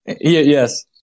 Yes